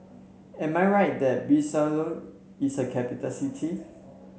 am I right that Bissau is a capital city